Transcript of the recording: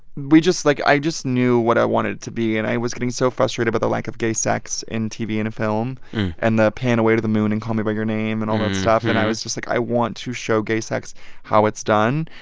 we just like, i just knew what i wanted it to be. and i was getting so frustrated by but the lack of gay sex in tv and film and the pan away to the moon in call me by your name and all that stuff, that i was just like, i want to show gay sex how it's done.